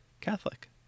Catholic